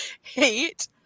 hate